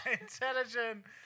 Intelligent